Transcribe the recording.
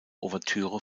ouvertüre